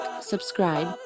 subscribe